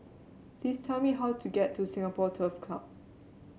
please tell me how to get to Singapore Turf Club